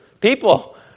people